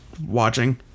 watching